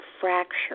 fracture